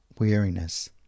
weariness